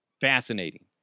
Fascinating